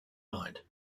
mind